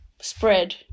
spread